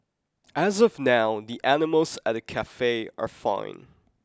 as of now the animals at the cafe are fine